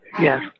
Yes